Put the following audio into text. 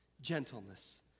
gentleness